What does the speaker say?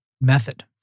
method